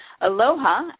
Aloha